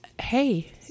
Hey